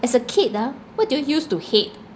as a kid ah what do you use to hate